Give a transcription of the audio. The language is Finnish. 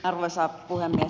arvoisa puhemies